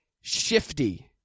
shifty